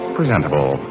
presentable